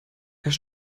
herr